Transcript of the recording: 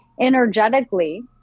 energetically